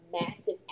massive